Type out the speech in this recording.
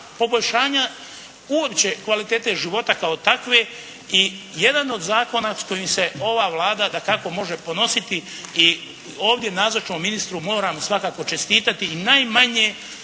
poboljšanja uopće kvalitete života kao takve i jedan od zakona s kojim se ova Vlada dakako može ponositi. I ovdje nazočnom ministru moram svakako čestitati. I najmanje